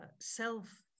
Self